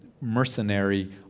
mercenary